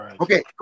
Okay